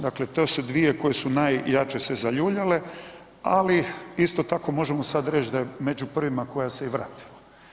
Dakle, to su dvije koje su najjače se zaljuljale, ali isto tako možemo sad reć da je među prvima koja se i vratila.